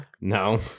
No